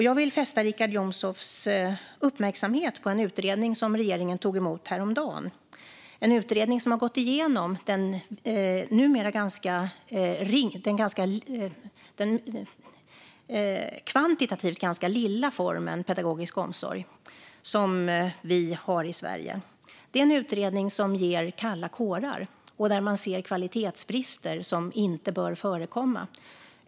Jag vill fästa Richard Jomshofs uppmärksamhet på en utredning som regeringen tog emot häromdagen, som har gått igenom formen pedagogisk omsorg som vi har i Sverige men som numera kvantitativt är ganska liten. Detta är en utredning som ger kalla kårar och där man ser kvalitetsbrister som inte bör förekomma.